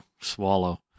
swallow